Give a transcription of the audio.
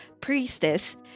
priestess